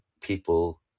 people